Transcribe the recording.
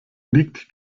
liegt